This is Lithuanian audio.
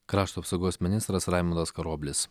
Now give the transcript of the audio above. krašto apsaugos ministras raimundas karoblis